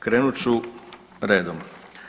Krenut ću redom.